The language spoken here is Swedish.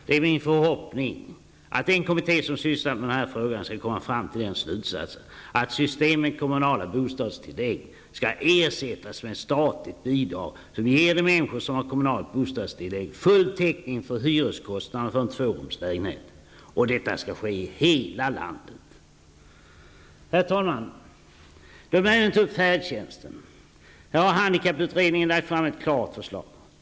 Det är min förhoppning att den kommitté som sysslar med denna fråga skall komma fram till den slutsatsen, att systemet med kommunala bostadstillägg skall ersättas med ett statligt bidrag, som ger de människor som har kommunalt bostadstillägg full täckning för hyreskostnaderna för en tvårumslägenhet. Och detta skall ske i hela landet. Herr talman! Låt mig även ta upp färdtjänsten. Här har handikapputredningen lagt fram ett klart förslag.